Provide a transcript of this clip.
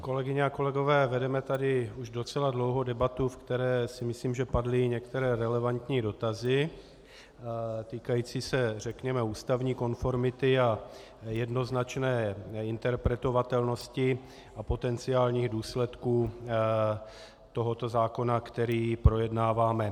Kolegyně, kolegové, vedeme tady už docela dlouho debatu, ve které si myslím, že padly i některé relevantní dotazy týkající se řekněme ústavní konformity a jednoznačné neinterpretovatelnosti a potenciálních důsledků tohoto zákona, který projednáváme.